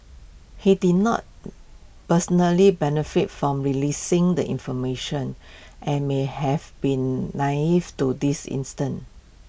he did not personally benefit from releasing the information and may have been naive to this instance